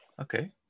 Okay